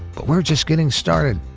but we're just getting started,